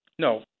No